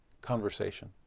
conversation